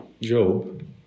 Job